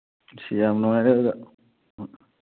ꯏꯁ ꯌꯥꯝ ꯅꯨꯡꯉꯥꯏꯔꯦ ꯑꯣꯖꯥ